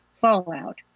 fallout